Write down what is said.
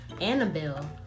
Annabelle